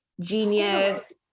genius